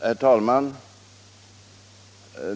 Herr talman!